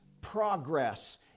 progress